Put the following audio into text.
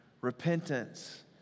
Repentance